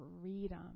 freedom